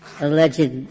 alleged